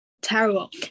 terrible